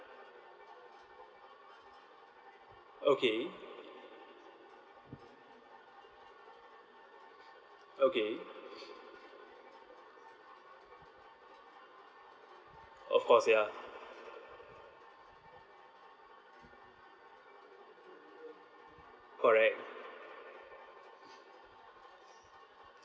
okay okay of course ya correct